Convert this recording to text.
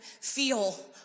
feel